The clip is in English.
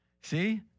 See